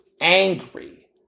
angry